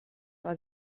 war